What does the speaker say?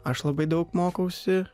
aš labai daug mokausi